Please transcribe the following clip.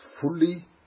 fully